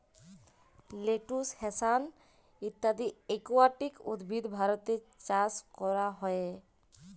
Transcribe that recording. lettuce, হ্যাসান্থ ইত্যদি aquatic উদ্ভিদ ভারতে চাস ক্যরা হ্যয়ে